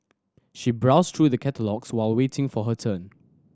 she browsed through the catalogues while waiting for her turn